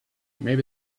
maybe